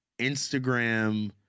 Instagram